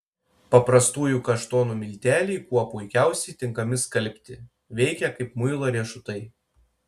paprastųjų kaštonų milteliai kuo puikiausiai tinkami skalbti veikia kaip muilo riešutai